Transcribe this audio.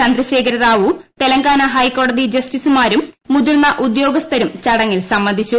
ചന്ദ്രശേഖരറാവു തെലങ്കാന ഹൈക്കോടതി ജസ്റ്റിസുമാരും മുതിർന്ന ഉദ്യോഗസ്ഥരും ചടങ്ങിൽ സംബന്ധിച്ചു